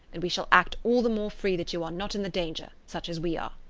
and we shall act all the more free that you are not in the danger, such as we are.